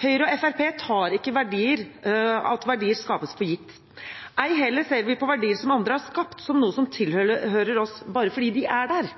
Høyre og Fremskrittspartiet tar ikke det at verdier skapes, for gitt. Ei heller ser vi på verdier som andre har skapt, som noe som tilhører oss bare fordi de er der.